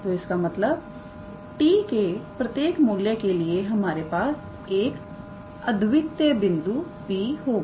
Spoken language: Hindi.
तो इसका मतलब t के प्रत्येक मूल्य के लिए हमारे पास एक अद्वितीय बिंदु P होगा